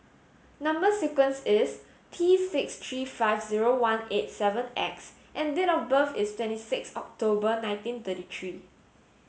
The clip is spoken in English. number sequence is T six three five zero one eight seven X and date of birth is twenty six October nineteen thirty three